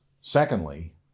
Secondly